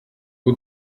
può